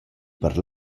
per